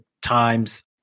times